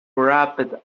wrapped